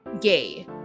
gay